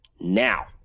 now